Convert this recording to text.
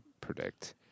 predict